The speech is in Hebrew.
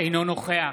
אינו נוכח